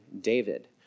David